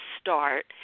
start